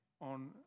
on